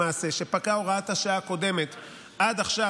שבה למעשה פקעה הוראת השעה הקודמת עד עכשיו,